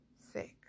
six